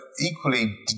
equally